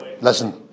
listen